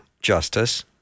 justice